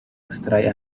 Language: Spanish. extrae